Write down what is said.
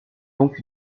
donc